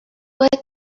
what